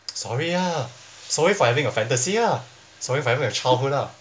sorry ah sorry for having a fantasy ah sorry for having a childhood lah